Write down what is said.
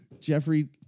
Jeffrey